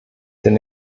den